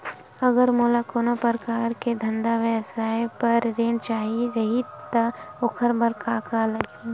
अगर मोला कोनो प्रकार के धंधा व्यवसाय पर ऋण चाही रहि त ओखर बर का का लगही?